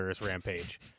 rampage